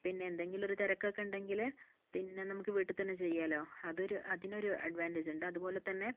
പിന്നെ എന്തെങ്കിലും ഒരു തിരക്കൊക്കെ ഉണ്ടെങ്കിൽ പിന്നെ നമുക്ക് വീട്ടിൽത്തന്നെ ചെയ്യാമല്ലോ അതൊരു അതിനൊരു അഡ്വാൻ്റേജ് ഇണ്ട് അതുപോലെത്തന്നെ